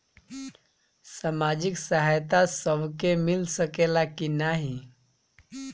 सामाजिक सहायता सबके मिल सकेला की नाहीं?